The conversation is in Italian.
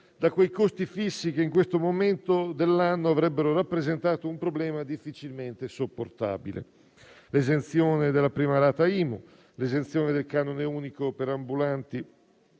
da quei costi fissi che in questo momento dell'anno avrebbero rappresentato un problema difficilmente sopportabile. Penso all'esenzione della prima rata dell'IMU, all'esenzione del canone unico per ambulanti